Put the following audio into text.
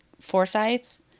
Forsyth